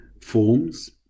forms